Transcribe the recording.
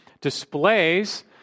displays